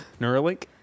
Neuralink